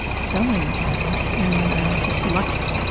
so many times. and i'm just lucky.